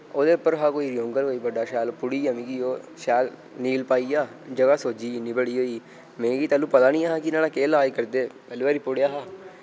ओह्दे उप्पर हा कोई रयुंगर कोई बड्डा शैल पुड़ी गेआ मिकी ओह् शैल नील पाई गेआ जगह सोज्जी इन्नी बड़ी होई मिगी तैलु पता निं ऐ हा कि नोह्ड़ा केह् लाज करदे पैह्ली बारी पुढ़ेआ हा